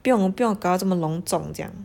不用不用搞到这么隆重这样